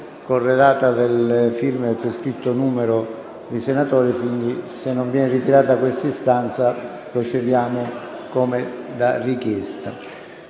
corredata dalle firme del prescritto numero di senatori. Quindi, se non viene ritirata questa istanza, procederemo come da richiesta.